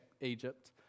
Egypt